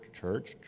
church